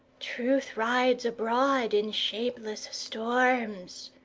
truth rides abroad in shapeless storms,